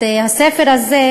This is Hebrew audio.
ואני אצטט קטע מחוזר המנכ"ל,